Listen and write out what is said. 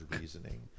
reasoning